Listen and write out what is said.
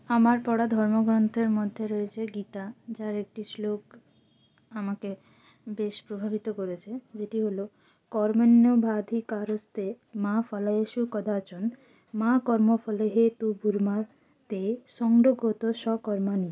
আমার পড়া ধর্মগ্রন্থের মধ্যে রয়েছে গীতা যার একটি শ্লোক আমাকে বেশ প্রভাবিত করেছে যেটি হলো কর্মণ্যেবাধিকারস্তে মা ফলায়েষু কদাচন মা কর্মফলহেতুর্ভূর্মা তে সঙ্গোকতসকর্মাণি